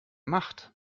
macht